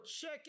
check